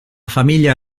famiglia